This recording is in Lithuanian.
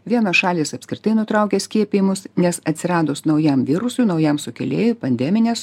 vienos šalys apskritai nutraukė skiepijimus nes atsiradus naujam virusui naujam sukėlėjui pandeminės